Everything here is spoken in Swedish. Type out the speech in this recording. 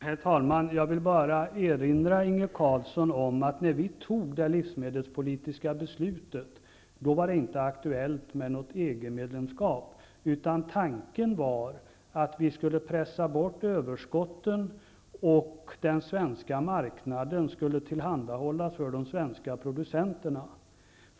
Herr talman! Jag vill bara erinra Inge Carlsson om att när vi fattade det livsmedelspolitiska beslutet var det inte aktuellt med något EG-medlemskap. Tanken var att vi skulle pressa bort överskotten och att den svenska marknaden skulle tillhandahålla råvaror för de svenska producenterna.